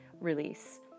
release